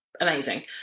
amazing